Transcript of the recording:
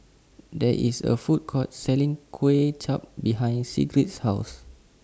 There IS A Food Court Selling Kuay Chap behind Sigrid's House